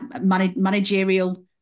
managerial